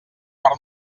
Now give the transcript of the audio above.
per